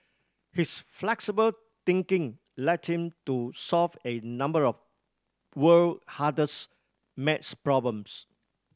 his flexible thinking led him to solve a number of world hardest math problems